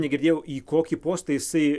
negirdėjau į kokį postą jisai